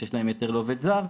שיש להם היתר לעובד זר,